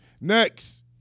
Next